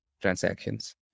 transactions